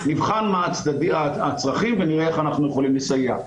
נבחן מה הצרכים ונראה איך אנחנו יכולים לסייע.